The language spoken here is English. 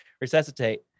resuscitate